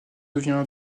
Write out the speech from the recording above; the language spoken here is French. devient